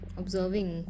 observing